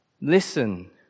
listen